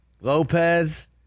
Lopez